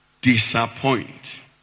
Disappoint